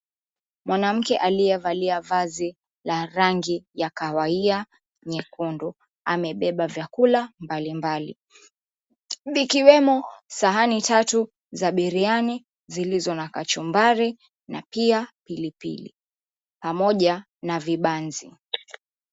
Mwanamke aliyevalia vazi la rangi ya kahawia nyekundu amebeba vyakula mbalimbali, vikiwemo sahani tatu za biryani, zilizo na kachumbari na pia pilipili pamoja na vibanzi.